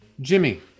Jimmy